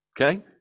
okay